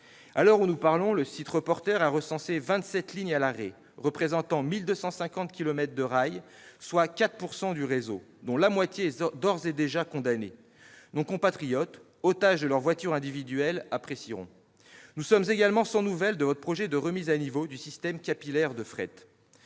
À l'heure où nous parlons, le site Reporterre a recensé 27 lignes à l'arrêt, représentant 1 250 kilomètres de rail, soit 4 % du réseau, dont la moitié est d'ores et déjà condamnée. Nos compatriotes, otages de leur voiture individuelle, apprécieront. Nous sommes également sans nouvelle de votre projet de remise à niveau du système capillaire de fret.